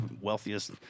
wealthiest